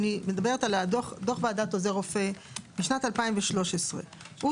אני מדברת על דוח ועדת עוזר רופא משנת 2013. הוא